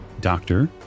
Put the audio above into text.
Doctor